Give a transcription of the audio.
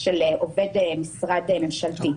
של עובד משרד ממשלתי.